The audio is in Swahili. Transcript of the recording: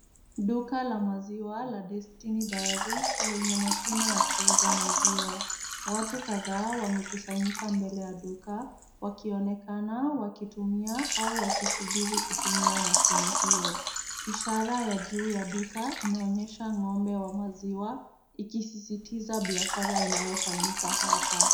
Duka la maziwa la Destiny Dairies lenye mashine ya kuuza maziwa. Watu kadhaa wamekusanyika mbele ya duka wakionekana wakitumia au wakisubiri kutumia mashine hiyo. Ishara ya juu ya duka inaonyesha ng'ombe wa maziwa ikisisitiza biashara inayofanyika hapa.